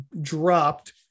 dropped